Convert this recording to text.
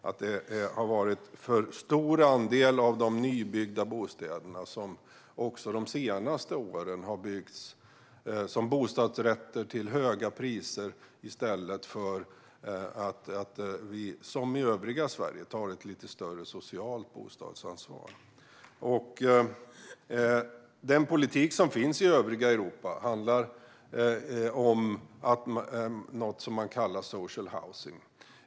Det har varit en för stor andel av de nybyggda bostäderna som de senaste åren har byggts som bostadsrätter till höga priser i stället för att man, som i övriga Sverige, tar ett lite större socialt bostadsansvar. Den politik som finns i övriga Europa handlar om något som man kallar social housing.